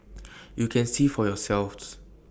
you can see for yourselves